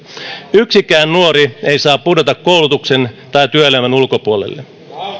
yksikään nuori ei saa pudota koulutuksen tai työelämän ulkopuolelle